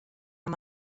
amb